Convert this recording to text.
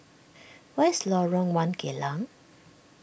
where is Lorong one Geylang